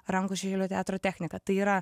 rankų šešėlių teatro techniką tai yra